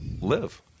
live